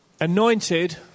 anointed